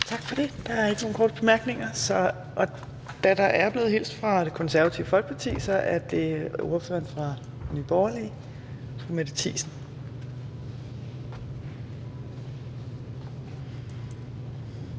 Tak for det. Der er ikke nogen korte bemærkninger, og da der er blevet hilst fra Det Konservative Folkeparti, er det ordføreren fra Nye Borgerlige, fru Mette Thiesen.